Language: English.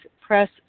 press